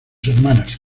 hermanas